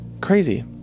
crazy